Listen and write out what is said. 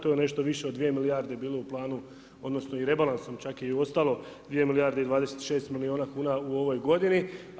To je nešto više od dvije milijarde bilo u planu, odnosno i rebalansom čak je i ostalo 2 milijarde i 26 milijuna kuna u ovoj godini.